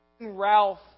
Ralph